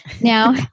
Now